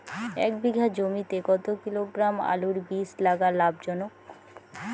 এক বিঘা জমিতে কতো কিলোগ্রাম আলুর বীজ লাগা লাভজনক?